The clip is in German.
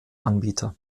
anbieter